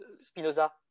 Spinoza